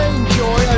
enjoy